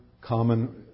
common